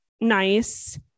nice